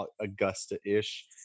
Augusta-ish